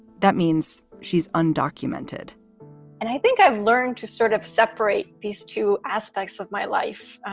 that means she's undocumented and i think i've learned to sort of separate these two aspects of my life.